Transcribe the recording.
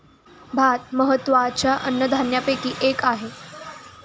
भात महत्त्वाच्या अन्नधान्यापैकी एक आहे